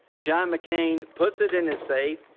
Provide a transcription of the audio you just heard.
john mccain puts it in a safe,